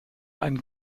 ein